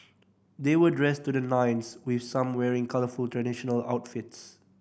they were dressed to the nines with some wearing colourful traditional outfits